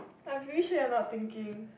I am pretty sure I am not thinking